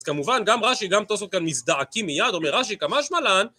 אז כמובן גם רש"י גם תוספות כאן מזדעקים מיד, אומר רשי קא מה שמא לן.